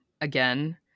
again